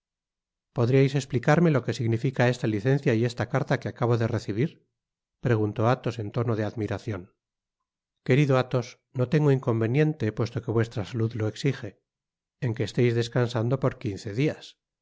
podríais esplicarme lo que significa esta licencia y esta carta que acabo de recibir preguntó athos en tono de admiracion querido athos no tengo inconveniente puesto que vuestra salud lo exige en que esteis descansando por quince dias